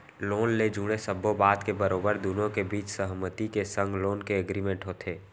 loan ले जुड़े सब्बो बात के बरोबर दुनो के बीच सहमति के संग लोन के एग्रीमेंट होथे